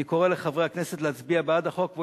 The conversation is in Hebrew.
אני קורא לחברי הכנסת להצביע בעד החוק.